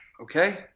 Okay